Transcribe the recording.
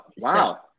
wow